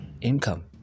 income